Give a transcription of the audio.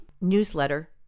newsletter